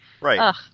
Right